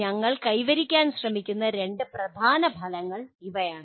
ഞങ്ങൾ കൈവരിക്കാൻ ശ്രമിക്കുന്ന രണ്ട് പ്രധാന ഫലങ്ങൾ ഇവയാണ്